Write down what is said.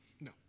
No